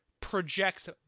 projects